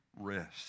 rest